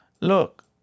Look